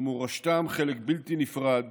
ומורשתם, חלק בלתי נפרד